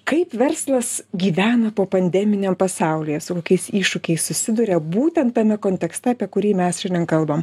kaip verslas gyvena po pandeminiam pasaulyje su kokiais iššūkiais susiduria būtent tame kontekste apie kurį mes šiandien kalbam